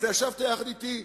שר הביטחון